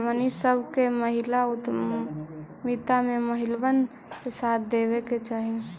हमनी सब के महिला उद्यमिता में महिलबन के साथ देबे के चाहई